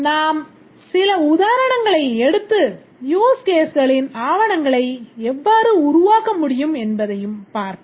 நாம் சில உதாரணங்களை எடுத்து யூஸ் கேஸ்களின் ஆவணங்களை எவ்வாறு உருவாக்க முடியும் என்பதைப் பார்ப்போம்